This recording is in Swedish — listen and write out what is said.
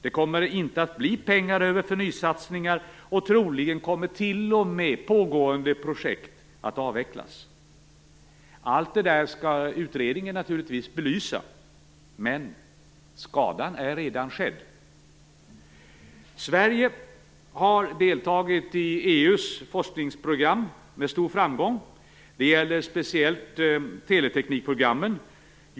Det kommer inte att bli pengar över för nysatsningar, och troligen kommer t.o.m. pågående projekt att avvecklas. Allt det där skall utredningen naturligtvis belysa, men skadan är redan skedd. Sverige har deltagit i EU:s forskningsprogram med stor framgång. Det gäller speciellt teleteknikprogrammen.